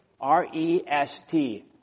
R-E-S-T